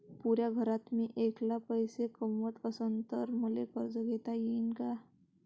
पुऱ्या घरात मी ऐकला पैसे कमवत असन तर मले कर्ज घेता येईन का?